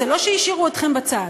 זה לא שהשאירו אתכם בצד,